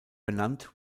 benannt